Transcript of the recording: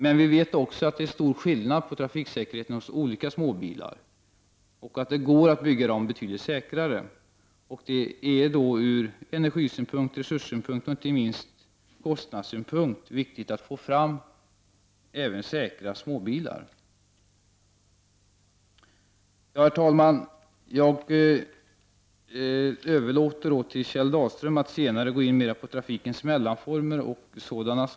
Men vi vet också att små bilars säkerhet varierar och att det går att bygga betydligt säkrare småbilar. Det är ur energisynpunkt, resurssynpunkt och inte minst kostnadssynpunkt viktigt att man får fram även säkra småbilar. Herr talman! Jag överlåtit till Kjell Dahlström att tala mer om trafikens mellanformer, m.m.